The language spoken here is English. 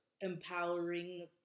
empowering